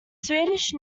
swedish